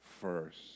first